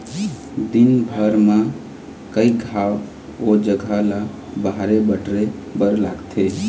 दिनभर म कइ घांव ओ जघा ल बाहरे बटरे बर लागथे